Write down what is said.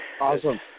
awesome